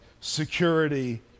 security